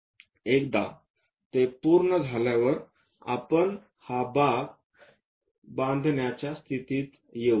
एकदा ते पूर्ण झाल्यावर आपण हा भाग बांधण्याच्या स्थितीत येऊ